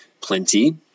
plenty